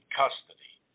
custody